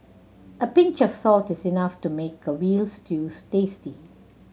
a pinch of salt is enough to make a veal stews tasty